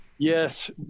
Yes